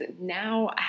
now